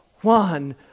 one